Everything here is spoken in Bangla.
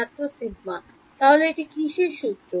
ছাত্রসিগমা তাহলে এটা কিসের সূত্র